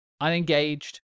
unengaged